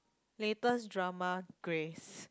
latest drama Greys